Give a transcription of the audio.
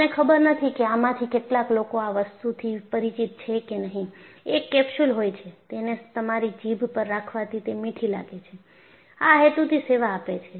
મને ખબર નથી કે આમાંથી કેટલા લોકો આ વસ્તુથી પરિચિત છે કે નહી એક કેપ્સ્યુલ હોય છે તેને તમારી જીભ પર રાખવાથી તે મીઠી લાગે છે આ હેતુથી સેવા આપે છે